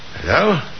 Hello